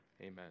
amen